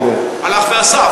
הלך ואסף.